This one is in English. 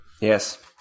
Yes